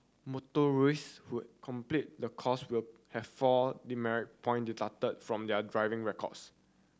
motorist who complete the course will have four demerit point deducted from their driving records